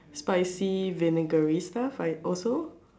spicy vinegary stuff I also